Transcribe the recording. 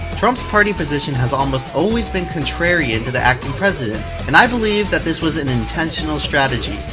trump's party position has almost always been contrarian to the acting president, and i believe that this was an intentional strategy.